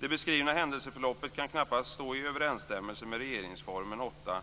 Det beskrivna händelseförloppet kan knappast stå i överensstämmelse med regeringsformen 8